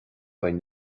beidh